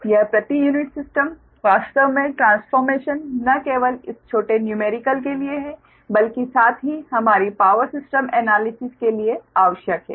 यह प्रति unit system वास्तव में ट्रांस्फ़ोर्मेशन न केवल इस छोटे न्यूमेरिकल के लिए है बल्कि साथ ही हमारी पावर सिस्टम एनालिसिस के लिए आवश्यक है